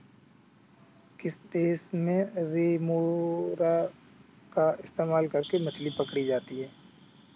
किस देश में रेमोरा का इस्तेमाल करके मछली पकड़ी जाती थी?